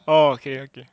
oh okay okay